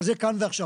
אבל זה כאן ועכשיו.